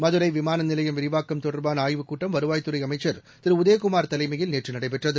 மதுரைவிமானநிலையம் விரிவாக்கம் தொடர்பானஆய்வுக்கூட்டம் வருவாய் துறைஅமைச்சர் திருஉதயகுமார் தலைமையில் நேற்றுநடைபெற்றது